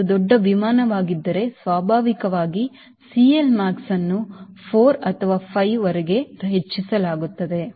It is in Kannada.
ಅದು ದೊಡ್ಡ ವಿಮಾನವಾಗಿದ್ದರೆ ಸ್ವಾಭಾವಿಕವಾಗಿ ನೀವು CLmax ಕ್ಸ್ ಅನ್ನು 4 ಅಥವಾ 5 ರವರೆಗೆ ಹೆಚ್ಚಿಸಬೇಕಾಗುತ್ತದೆ